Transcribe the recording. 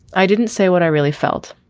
i didn't say what i really felt,